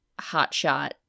hotshot